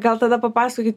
gal tada papasokit